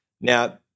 Now